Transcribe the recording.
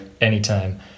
Anytime